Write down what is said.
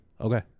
Okay